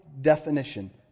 definition